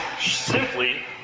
simply